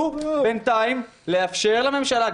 שהוא בינתיים לאפשר לממשלה,